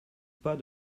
pas